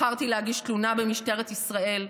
בחרתי להגיש תלונה במשטרת ישראל,